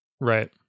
Right